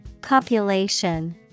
copulation